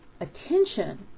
attention